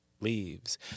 leaves